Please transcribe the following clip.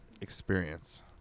experience